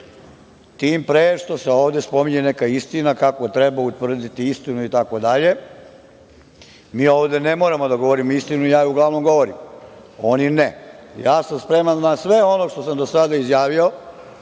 Tim pre što se ovde spominje neka istina, kako treba utvrditi istinu itd. Mi ovde ne moramo da govorimo istinu, ali ja je uglavnom govorim, oni ne. Ja sam spreman, na sve ono što sam do sada izjavio,